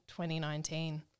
2019